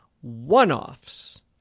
one-offs